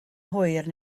hwyr